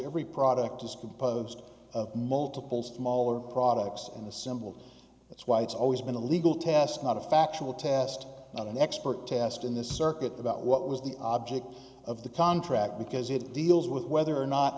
every product is composed of multiples smaller products in the symbol that's why it's always been a legal test not a factual test not an expert test in this circuit about what was the object of the contract because it deals with whether or not